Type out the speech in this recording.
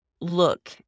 look